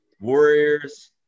Warriors